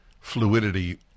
fluidity